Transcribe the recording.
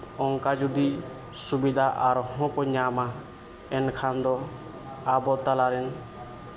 ᱚᱱᱠᱟ ᱡᱩᱫᱤ ᱥᱩᱵᱤᱫᱷᱟ ᱟᱨᱦᱚᱸ ᱠᱚ ᱧᱟᱢᱟ ᱮᱱᱠᱷᱟᱱ ᱫᱚ ᱟᱵᱚ ᱛᱟᱞᱟ ᱨᱮᱱ